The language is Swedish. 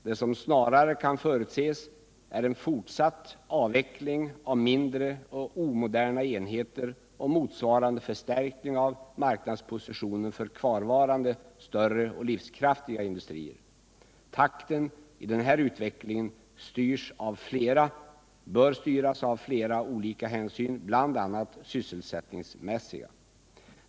Det som snarare kan förutses är en fortsatt avveckling av mindre och omoderna enheter och motsvarande förstärkning av marknadspositionen för kvarvarande större och livskraftiga industrier. Takten i den här utvecklingen bör styras av flera olika hänsyn, bl.a. sysselsättningsmässiga.